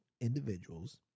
individuals